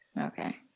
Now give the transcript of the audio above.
Okay